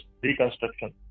reconstruction